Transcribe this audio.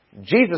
Jesus